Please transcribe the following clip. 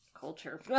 Culture